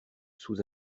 sous